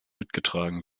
mitgetragen